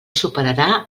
superarà